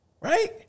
Right